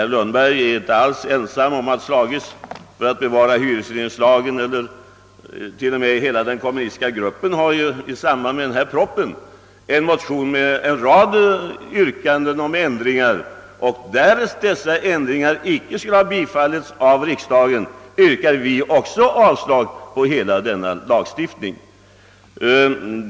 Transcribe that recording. Herr Lundberg är inte ensam om att ha slagits för att bevara hyresregleringslagen. Hela den kommunistiska gruppen har i samband med denna proposition väckt en motion med en rad yrkanden om ändringar, och därest dessa ändringar inte skulle bifallas av riksdagen yrkar vi också avslag på hela denna lagstiftning.